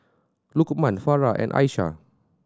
Lukman Farah and Aishah